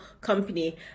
company